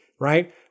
right